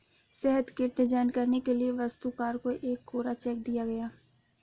शहर केंद्र डिजाइन करने के लिए वास्तुकार को एक कोरा चेक दिया गया